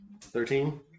Thirteen